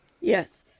Yes